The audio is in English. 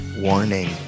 Warning